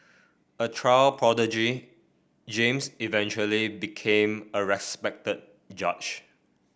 a child prodigy James eventually became a respected judge